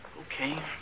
Okay